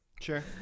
Sure